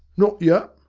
not yut.